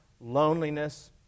loneliness